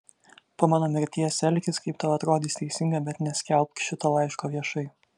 po mano mirties elkis kaip tau atrodys teisinga bet neskelbk šito laiško viešai